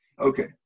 Okay